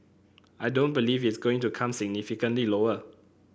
I don't believe it's going to come significantly lower